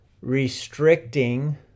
restricting